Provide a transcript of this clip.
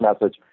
message